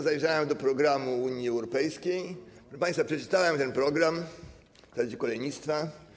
Zajrzałem do programu Unii Europejskiej, proszę państwa, przeczytałem ten program w zakresie kolejnictwa.